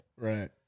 Right